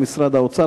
אלא משרד האוצר,